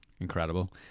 Incredible